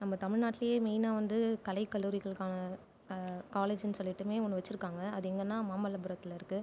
நம்ம தமிழ்நாட்டுலேயே மெயினாக வந்து கலைக் கல்லூரிகளுக்கான காலேஜுன்னு சொல்லிட்டுமே ஒன்று வச்சுருக்காங்க அது எங்கன்னா மாமல்லபுரத்தில் இருக்கு